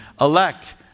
elect